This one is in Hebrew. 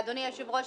אדוני היושב-ראש,